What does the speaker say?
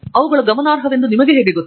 ಅವುಗಳು ಗಮನಾರ್ಹವೆಂದು ನಿಮಗೆ ಹೇಗೆ ಗೊತ್ತು